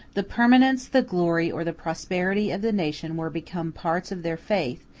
the permanence, the glory, or the prosperity of the nation were become parts of their faith,